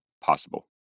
possible